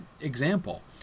example